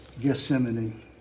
Gethsemane